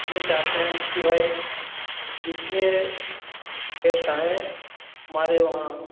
यह चाहते हैं कि भाई जितने गेस्ट आएँ हमारे वहाँ